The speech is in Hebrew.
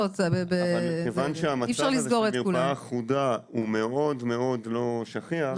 אבל כיוון שהמצב הזה של מרפאה אחודה הוא מאוד מאוד לא שכיח,